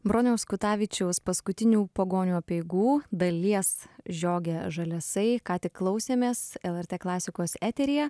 broniaus kutavičiaus paskutinių pagonių apeigų dalies žioge žaliasai ką tik klausėmės lrt klasikos eteryje